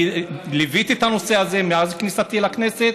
אני ליוויתי את הנושא הזה מאז כניסתי לכנסת,